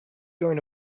going